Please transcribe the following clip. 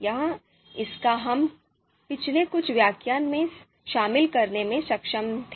यह हिस्सा हम पिछले कुछ व्याख्यानों में शामिल करने में सक्षम थे